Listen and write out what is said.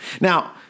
Now